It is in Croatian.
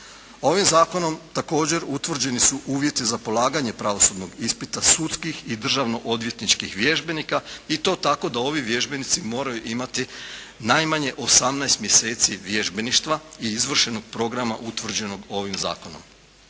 Ovim zakonom također, utvrđeni su uvjeti za polaganje pravosudnog ispita, sudskih i državno odvjetničkih vježbenika i to tako da ovi vježbenici moraju imati najmanje 18 mjeseci vježbeništva i izvršenog programa utvrđenog ovim zakonom.